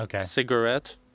cigarette